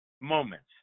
moments